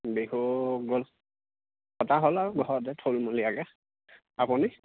বিহু গ'ল পতা হ'ল আৰু ঘৰতে থুলমূলীয়াকৈ আপুনি